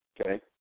okay